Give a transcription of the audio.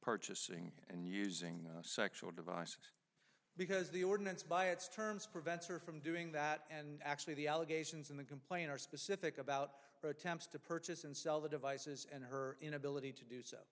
purchasing and using the sexual devices because the ordinance by its terms prevents her from doing that and actually the allegations in the complaint are specific about her attempts to purchase and sell the devices and her inability to do so